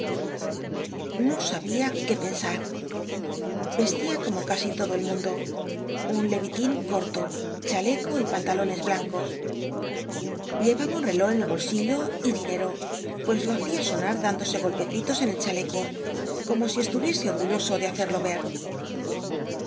loco me prcgnnt é vestia como casi todo el no sabia qué pensa mundo un lcvitin corto chaleco y pantalones blancos llemba un reló en el bolsillo y dineo pues lo hacia sonar dándose golpccitos en el chaleco como si estuviese ogulloso de hacerlo ve